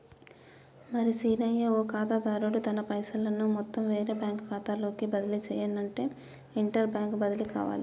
మరి సీనయ్య ఓ ఖాతాదారుడు తన పైసలను మొత్తం వేరే బ్యాంకు ఖాతాలోకి బదిలీ సెయ్యనఅంటే ఇంటర్ బ్యాంక్ బదిలి కావాలి